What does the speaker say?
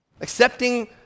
Accepting